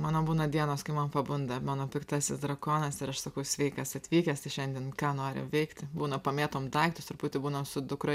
mano būna dienos kai man pabunda mano piktasis drakonas ir aš sakau sveikas atvykęs tai šiandien ką nori veikti būna pamėtom daiktus truputį būnam su dukra